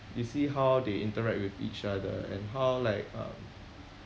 you see how they interact with each other and how like um